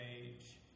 age